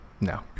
no